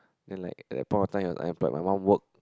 then like that point of time he was unemployed my mum worked